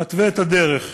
מתווה את הדרך.